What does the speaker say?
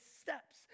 steps